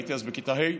הייתי אז בכיתה ה'